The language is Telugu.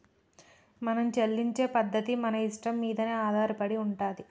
మనం చెల్లించే పద్ధతి మన ఇష్టం మీదనే ఆధారపడి ఉంటది